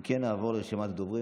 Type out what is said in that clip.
אם כן, נעבור לרשימת הדוברים.